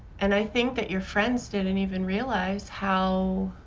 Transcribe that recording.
and i think that your friends didn't and even realize how.